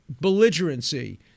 belligerency